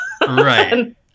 Right